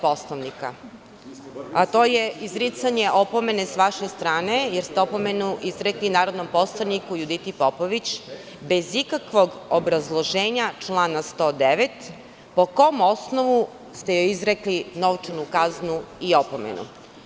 Poslovnika, a to je izricanje opomene sa vaše strane, jer ste opomenu izrekli narodnom poslaniku Juditi Popović, bez ikakvog obrazloženja člana 109. po kom osnovu ste joj izrekli novčanu kaznu i opomenu?